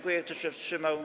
Kto się wstrzymał?